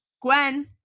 Gwen